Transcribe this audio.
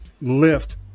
lift